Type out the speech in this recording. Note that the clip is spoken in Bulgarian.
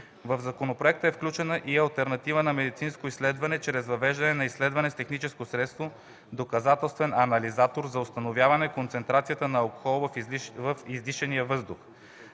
В законопроекта е включена и алтернатива на медицинското изследване чрез въвеждане на изследване с техническо средство – доказателствен анализатор за установяване концентрацията на алкохол в издишания въздух.